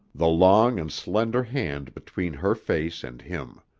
the long and slender hand between her face and him.